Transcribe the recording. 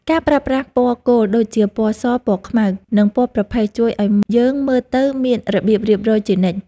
ការប្រើប្រាស់ពណ៌គោលដូចជាពណ៌សពណ៌ខ្មៅ និងពណ៌ប្រផេះជួយឱ្យយើងមើលទៅមានរបៀបរៀបរយជានិច្ច។